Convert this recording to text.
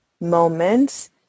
moments